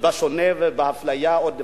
בשונה ובאפליה עוד לפנינו.